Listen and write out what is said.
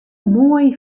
moai